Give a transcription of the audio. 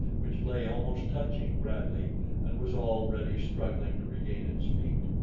which lay almost touching bradley and was already struggling to regain its feet.